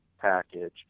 package